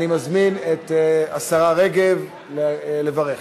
אני מזמין את השרה רגב לברך.